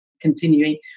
continuing